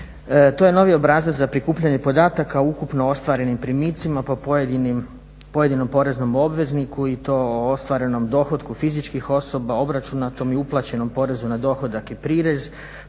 To je novi obrazac za prikupljanje podataka u ukupno ostvarenim primicima po pojedinom poreznom obvezniku i to ostvarenom dohotku fizičkih osoba, obračunatom i uplaćenom porezu na dohodak i prirez,